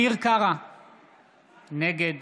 נגד